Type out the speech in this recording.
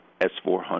S-400